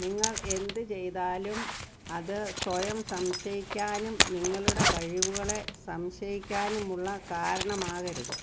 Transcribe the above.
നിങ്ങൾ എന്ത് ചെയ്താലും അത് സ്വയം സംശയിക്കാനും നിങ്ങളുടെ കഴിവുകളെ സംശയിക്കാനുമുള്ള കാരണമാകരുത്